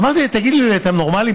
אמרתי: תגידו לי, אתם נורמליים?